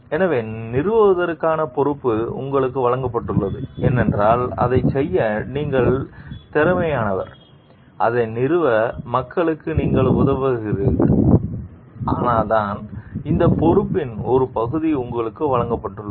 எனவே நிறுவுவதற்கான பொறுப்பு உங்களுக்கு வழங்கப்பட்டுள்ளது ஏனென்றால் அதைச் செய்ய நீங்கள் திறமையானவர் அதை நிறுவ மக்களுக்கு நீங்கள் உதவுகிறீர்கள் அதனால்தான் அந்த பொறுப்பின் ஒரு பகுதி உங்களுக்கு வழங்கப்பட்டுள்ளது